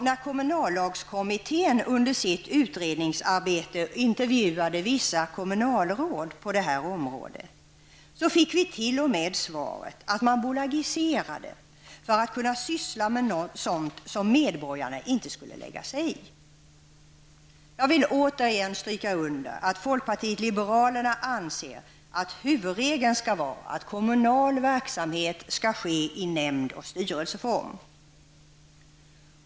När kommunallagskommittén under sitt utredningsarbete intervjuade vissa kommunalråd om detta område, så fick vi t.o.m. svaret att man bolagiserade för att kunna syssla med sådant som medborgarna inte skulle lägga sig i! Jag vill återigen stryka under, att folkpartiet liberalerna anser att huvudregeln skall vara, att kommunal verksamhet skall ske i nämnd och styrelseform.